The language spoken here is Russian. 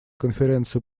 конференции